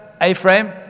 A-frame